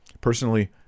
Personally